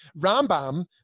Rambam